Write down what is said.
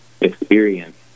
experience